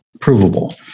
provable